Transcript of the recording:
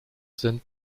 sind